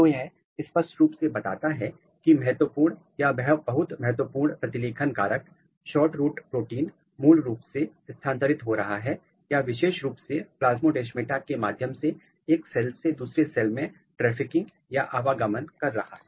तो यह स्पष्ट रूप से बताता है कि महत्वपूर्ण या बहुत महत्वपूर्ण प्रतिलेखन कारक SHORTROOT प्रोटीन मूल रूप से स्थानांतरित हो रहा है या विशेष रूप से प्लास्मोडेमाटा के माध्यम से एक सेल से दूसरे सेल में ट्रैफिकिंग या आवागमन कर रहा है